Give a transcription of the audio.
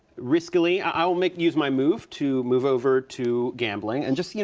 riskily, i will make, use my move to move over to gambling and just, you